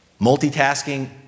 Multitasking